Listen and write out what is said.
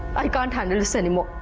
i can't handle this anymore.